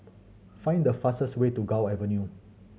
find the fastest way to Gul Avenue